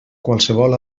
qualsevol